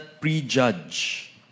prejudge